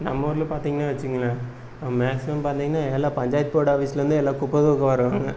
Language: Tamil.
நம்ம ஊரில் பார்த்தீங்கன்னா வச்சுங்களேன் மேக்சிமம் பாத்தீங்கன்னா எல்லாம் பஞ்சாயத்து போர்டு ஆஃபீஸ்லேருந்து எல்லாம் குப்பை துாக்க வர்றவங்க